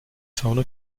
sauna